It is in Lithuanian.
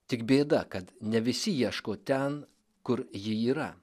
tik bėda kad ne visi ieško ten kur ji yra